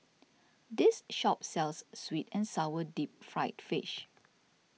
this shop sells Sweet and Sour Deep Fried Fish